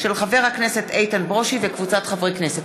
של חבר הכנסת איתן ברושי וקבוצת חברי הכנסת.